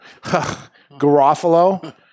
Garofalo